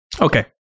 Okay